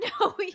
no